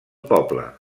poble